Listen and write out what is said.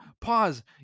pause